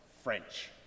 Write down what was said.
French